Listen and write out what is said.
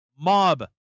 mob